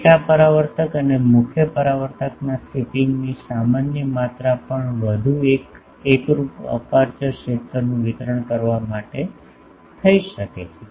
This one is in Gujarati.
પેટા પરાવર્તક અને મુખ્ય પરાવર્તકના શિપિંગની સામાન્ય માત્રા પણ વધુ એકરૂપ અપેર્ચર ક્ષેત્રનું વિતરણ કરવા માટે થઈ શકે છે